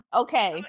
okay